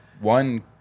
one